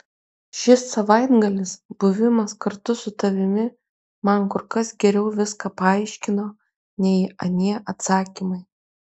šis savaitgalis buvimas kartu su tavimi man kur kas geriau viską paaiškino nei anie atsakymai